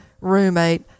roommate